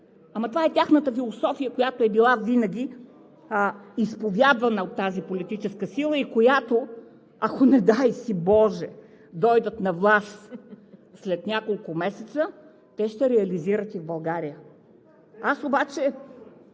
Ама това е тяхната философия, която е била винаги изповядвана от тази политическа сила и която ако, не дай си боже, дойдат на власт след няколко месеца, те ще реализират и в България. Аз обаче